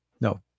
no